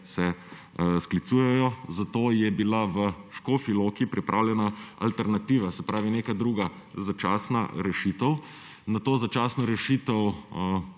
se sklicujejo, zato je bila v Škofji Loki pripravljena alternativa, se pravi neka druga začasna rešitev. Na to začasno rešitev